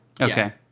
Okay